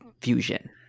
fusion